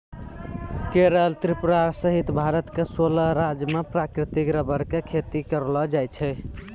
केरल त्रिपुरा सहित भारत के सोलह राज्य मॅ प्राकृतिक रबर के खेती करलो जाय छै